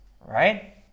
right